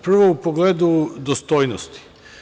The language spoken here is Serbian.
Prvo, u pogledu dostojnosti.